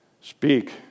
Speak